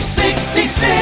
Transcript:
66